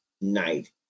night